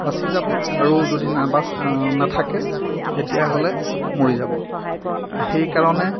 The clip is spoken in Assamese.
বাচি যাব আৰু যদি নাবাচে নাথাকে তেতিয়াহ'লে মৰি যাব আ সেইকাৰণে